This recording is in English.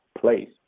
place